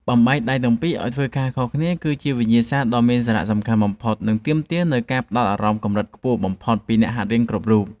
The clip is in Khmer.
បំបែកដៃទាំងពីរឱ្យធ្វើការងារខុសគ្នាគឺជាវិញ្ញាសាដ៏មានសារៈសំខាន់បំផុត និងទាមទារនូវការផ្ដោតអារម្មណ៍កម្រិតខ្ពស់បំផុតពីអ្នកហាត់រៀនគ្រប់រូប។